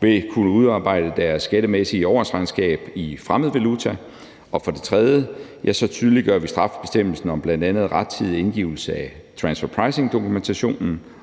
vil kunne udarbejde deres skattemæssige årsregnskab i fremmed valuta, og for det tredje tydeliggør vi straffebestemmelsen om bl.a. rettidig indgivelse af transfer pricing-dokumentationen